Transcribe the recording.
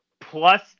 plus